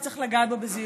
וצריך לגעת בו בזהירות.